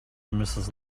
mrs